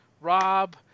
Rob